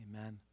amen